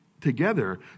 together